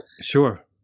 Sure